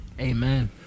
Amen